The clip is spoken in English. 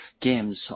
games